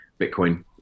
Bitcoin